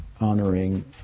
honoring